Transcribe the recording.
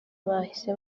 bahise